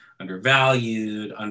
undervalued